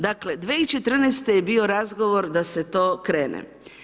Dakle, 2014. je bio razgovor da se to krene.